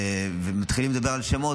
מתחילים לדבר על שמות.